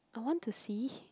I want to see